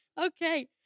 Okay